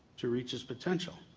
to reach his potential.